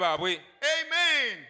Amen